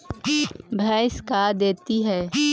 भैंस का देती है?